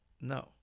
no